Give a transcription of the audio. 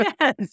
Yes